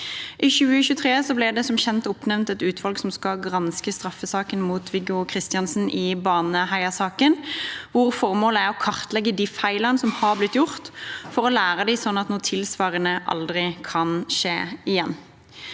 I 2023 ble det som kjent oppnevnt et utvalg som skal granske straffesaken mot Viggo Kristiansen i Baneheia-saken, hvor formålet er å kartlegge de feilene som har blitt gjort, for å lære av dem, sånn at noe tilsvarende aldri kan skje igjen.